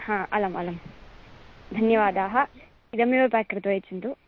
आम् अलं अलं धन्यवादाः इदमेव पेक् कृत्वा यच्छन्तु